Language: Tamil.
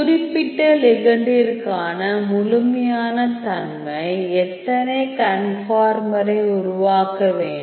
குறிப்பிட்ட லிகெண்டிற்கான முழுமையான தன்மை எத்தனை கன்ஃபார்மரை உருவாக்க வேண்டும்